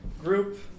group